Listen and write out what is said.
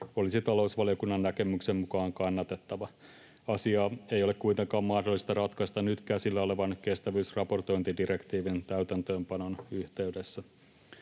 olisi talousvaliokunnan näkemyksen mukaan kannatettava. Asiaa ei ole kuitenkaan mahdollista ratkaista nyt käsillä olevan kestävyysraportointidirektiivin täytäntöönpanon yhteydessä.